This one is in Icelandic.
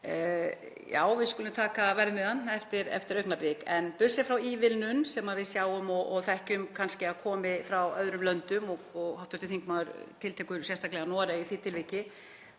Já, við skulum taka verðmiðann eftir augnablik. En burt séð frá ívilnun sem við sjáum og þekkjum kannski að komi frá öðrum löndum, og hv. þingmaður tiltekur sérstaklega Noreg í því tilviki,